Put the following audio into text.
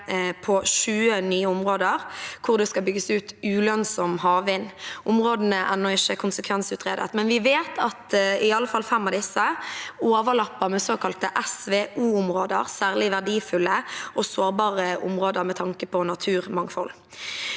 på 20 nye områder hvor det skal bygges ut ulønnsom havvind. Områdene er ennå ikke konsekvensutredet, men vi vet at i alle fall fem av disse overlapper med såkalte SVO-områder, særlig verdifulle og sårbare områder med tanke på naturmangfold.